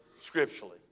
scripturally